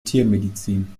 tiermedizin